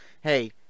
hey